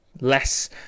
less